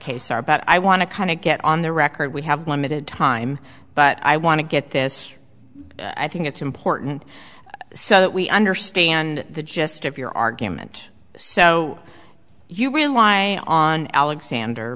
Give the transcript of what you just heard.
case are about i want to kind of get on the record we have limited time but i want to get this i think it's important so that we understand the gist of your argument so you rely on alexander